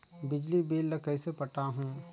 बिजली बिल ल कइसे पटाहूं?